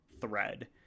thread